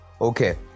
okay